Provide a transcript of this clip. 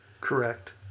Correct